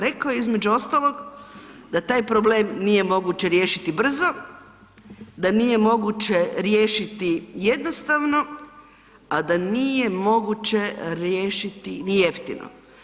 Rekao je između ostalog da taj problem nije moguće riješiti brzo, da nije moguće riješiti jednostavno, a da nije moguće riješiti ni jeftino.